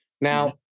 Now